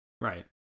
Right